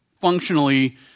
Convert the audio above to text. Functionally